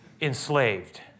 enslaved